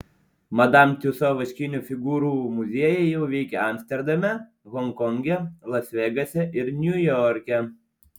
madam tiuso vaškinių figūrų muziejai jau veikia amsterdame honkonge las vegase ir niujorke